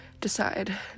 decide